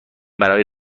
برای